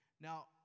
Now